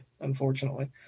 unfortunately